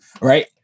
right